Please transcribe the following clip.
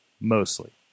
Mostly